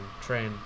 train